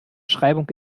schreibung